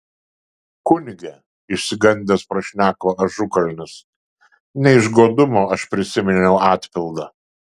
kunige išsigandęs prašneko ažukalnis ne iš godumo aš prisiminiau atpildą